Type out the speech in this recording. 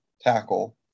tackle